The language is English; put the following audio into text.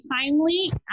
timely